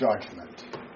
judgment